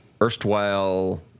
erstwhile